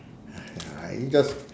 I just